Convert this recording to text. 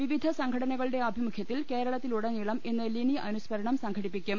വിവിധ സംഘടനകളുടെ ആഭിമുഖ്യത്തിൽ കേരളത്തിലുടനീളം ഇന്ന് ലിനി അനുസ്മരണം സംഘടിപ്പിക്കും